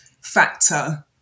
factor